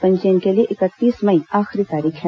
पंजीयन के लिए इकतीस मई आखिरी तारीख है